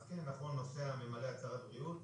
נכון שנוסע ממלא הצהרת בריאות,